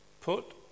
put